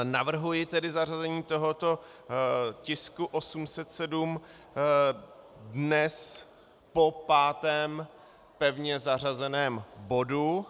Navrhuji tedy zařazení tohoto tisku 807 dnes po pátém pevně zařazeném bodu.